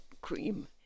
cream